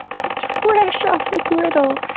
it's fresh off the griddle!